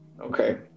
Okay